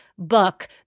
book